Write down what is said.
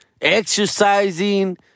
exercising